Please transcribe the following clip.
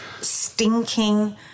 stinking